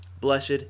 blessed